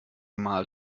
mal